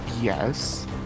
Yes